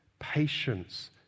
Patience